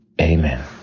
Amen